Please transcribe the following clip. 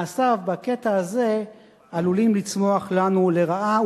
מעשיו בקטע הזה עלולים לצמוח לנו לרעה,